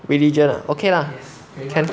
religion ah okay lah can